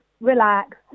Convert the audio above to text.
relax